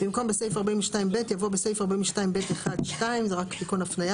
במקום "בסעיף 42(ב) יבוא "בסעיף 42(ב1)(2)"; (28)